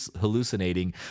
hallucinating